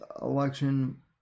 election